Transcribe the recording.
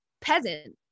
peasant